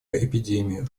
эпидемию